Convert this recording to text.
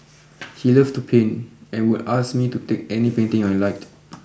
he loved to paint and would ask me to take any painting I liked